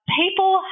people